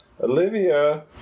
Olivia